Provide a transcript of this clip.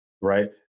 right